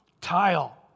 tile